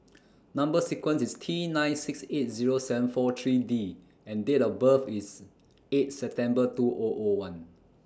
Number sequence IS T nine six eight Zero seven four three D and Date of birth IS eight September two O O one